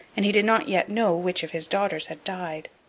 and he did not yet know which of his daughters had died.